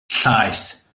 llaeth